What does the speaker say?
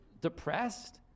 depressed